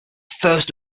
first